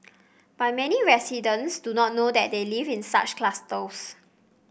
but many residents do not know that they live in such clusters